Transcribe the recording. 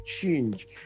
change